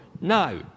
Now